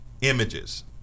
images